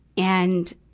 and,